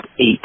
eight